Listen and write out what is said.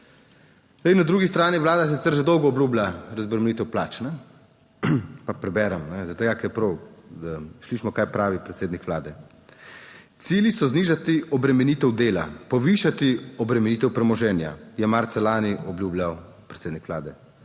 na drugi strani Vlada sicer že dolgo obljublja razbremenitev plač. Pa preberem, zaradi tega ker je prav, da slišimo kaj pravi predsednik Vlade. Cilji so znižati obremenitev dela, povišati obremenitev premoženja, je marca lani obljubljal predsednik vlade